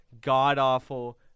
god-awful